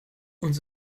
uns